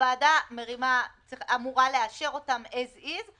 הוועדה אמורה לאשר אותן עז-עיז,